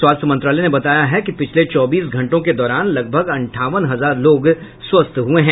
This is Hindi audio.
स्वास्थ्य मंत्रालय ने बताया है कि पिछले चौबीस घंटों के दौरान लगभग अंठावन हजार लोग स्वस्थ हुए हैं